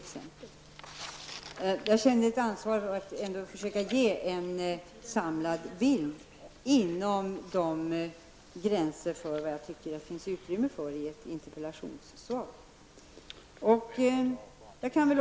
Jag har känt ett ansvar för att ge en samlad bild av situationen inom de gränser som ett interpellationssvar ger utrymme för.